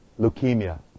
Leukemia